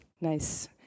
Nice